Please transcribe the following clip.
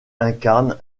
incarne